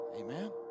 Amen